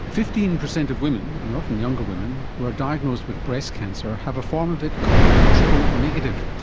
fifteen percent of women and they're often younger women who are diagnosed with breast cancer have a form of it called triple-negative.